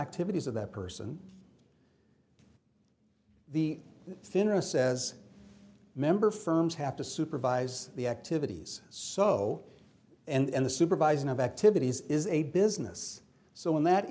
activities of that person the finra says member firms have to supervise the activities so and the supervising of activities is a business so in that